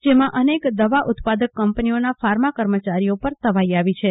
જેમાં અનેક દવા ઉત્પાદક કંપનીઓના ફાર્મા કર્મચારીઓ પર તવાઈ આવી છે